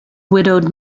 widowed